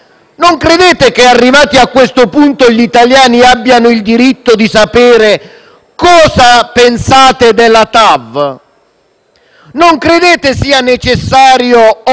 Non credete che, arrivati a questo punto, gli italiani abbiano il diritto di sapere cosa pensate del TAV? Non credete sia necessario, opportuno